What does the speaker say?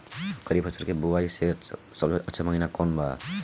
खरीफ फसल के बोआई के सबसे अच्छा महिना कौन बा?